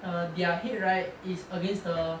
err their head right is against the